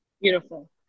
Beautiful